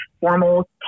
formal